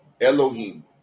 Elohim